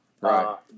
Right